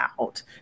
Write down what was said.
out